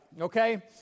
Okay